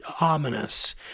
ominous